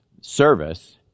service